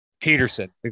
Peterson